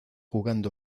jugando